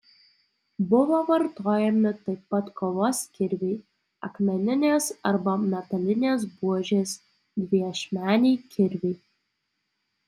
buvo vartojami taip pat kovos kirviai akmeninės arba metalinės buožės dviašmeniai kirviai